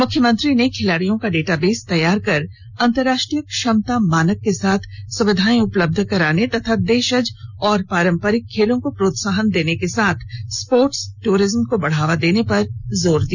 मुख्यमंत्री ने खिलाडियों का डेटाबेस तैयार कर अंतरराष्ट्रीय क्षमता मानक के साथ सुविधाए उपलब्ध कराने तथा देशज और पारंपरिक खेलों को प्रोत्साहन देने के साथ स्पोर्ट्स टूरिज्म को बढ़ावा देने पर जोर दिया